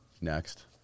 Next